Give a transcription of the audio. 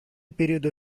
periodo